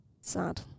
Sad